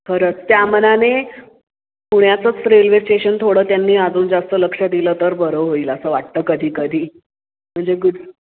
खरंच त्यामानाने पुण्याचंच रेल्वे स्टेशन थोडं त्यांनी अजून जास्त लक्ष दिलं तर बरं होईल असं वाटतं कधीकधी म्हणजे गुज